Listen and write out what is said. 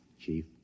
Chief